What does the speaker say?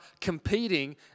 competing